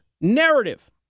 narrative